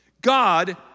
God